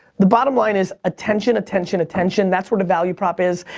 the bottom line is attention, attention, attention. that's where the value prop is.